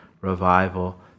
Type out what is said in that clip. revival